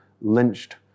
lynched